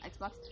Xbox